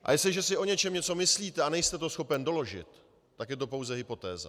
A jestliže si o něčem něco myslíte a nejste to schopen doložit, tak je to pouze hypotéza.